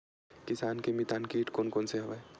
किसान के मितान कीट कोन कोन से हवय?